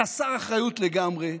חסר אחריות לגמרי,